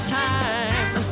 time